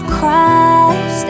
Christ